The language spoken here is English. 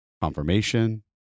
confirmation